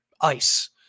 ice